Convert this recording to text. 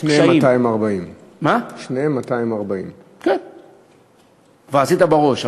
שניהם 240. כבר עשית בראש.